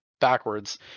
backwards